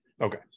Okay